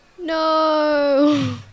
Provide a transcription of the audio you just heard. No